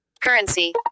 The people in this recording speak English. Currency